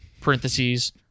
parentheses